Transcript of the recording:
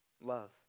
love